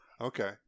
Okay